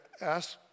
ask